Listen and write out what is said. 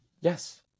Yes